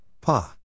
Pa